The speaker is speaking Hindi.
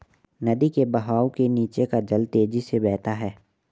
नदी के बहाव के नीचे का जल तेजी से बहता है